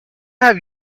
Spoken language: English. have